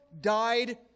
died